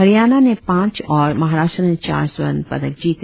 हरियाणा ने पांच और महाराष्ट्र ने चार स्वर्ण पदक जीते